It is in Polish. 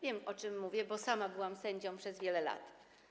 Wiem, o czym mówię, bo sama byłam sędzią przez wiele lat.